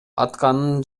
атканын